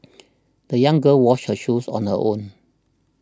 the young girl washed her shoes on her own